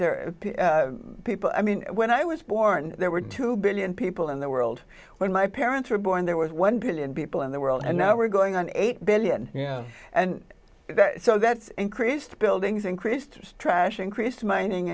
of people i mean when i was born there were two billion people in the world when my parents were born there was one billion people in the world and now we're going on eight billion and so that's increased buildings increased trash increased mining